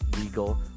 legal